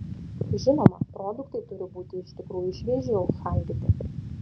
žinoma produktai turi būti iš tikrųjų švieži užšaldyti